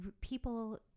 people